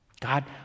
God